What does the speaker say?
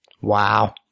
Wow